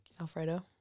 alfredo